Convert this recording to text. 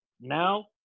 Now